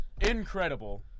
incredible